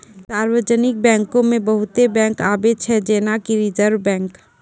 सार्वजानिक बैंको मे बहुते बैंक आबै छै जेना कि रिजर्व बैंक